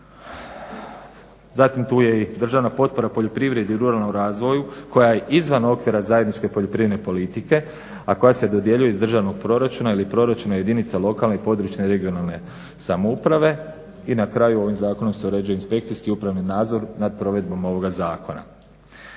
Zatim tu je i državna potpora poljoprivredi i ruralnom razvoju koja je izvan okvira zajedničke poljoprivredne politike, a koja se dodjeljuje iz državnog proračuna ili proračuna jedinica lokalne i područne regionalne samouprave. I na kraju, ovim zakonom se inspekcijski i upravni nadzor nad provedbom ovoga zakona.